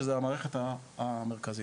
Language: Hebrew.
שזו המערכת המרכזית.